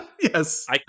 Yes